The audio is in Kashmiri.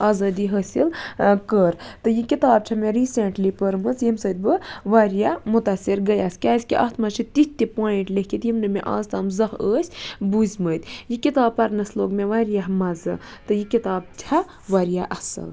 آزٲدی حٲصل کٔر تہٕ یہِ کِتاب چھِ مےٚ ریٖسنٹلی پٔرمٕژ یمہِ سۭتۍ بہٕ واریاہ مُتاثر گٔیَس کیازکہِ اتھ مَنٛز چھِ تِتھ تہِ پویِنٛٹ لیٚکھِتھ یِم نہٕ مےٚ آزتام زانٛہہ ٲسۍ بوٗزمٕتۍ یہِ کِتاب پَرنَس لوٚگ مےٚ واریاہ مَزٕ تہٕ یہِ کِتاب چھےٚ واریاہ اصل